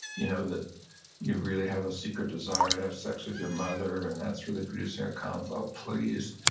you know that you really have a secret desire to have sex with your mother, and that's really producing a conflict. oh, please.